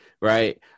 right